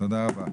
תודה רבה.